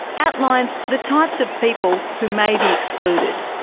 outlines the types of people who may be excluded.